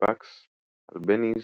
באקס, אלבניז,